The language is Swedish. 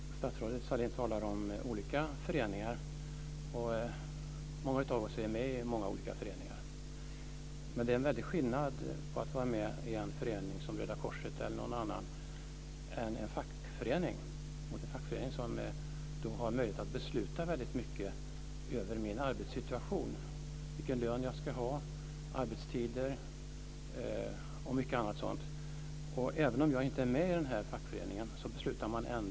Fru talman! Statsrådet Sahlin talar om olika föreningar, och många av oss är med i många olika föreningar. Men det är en väldig skillnad mellan att vara med i en förening som Röda korset och att vara med i en fackförening som har möjlighet att besluta väldigt mycket över min arbetssituation, vilken lön jag ska ha, arbetstider och mycket annat. Även om jag inte är med i fackföreningen beslutar man.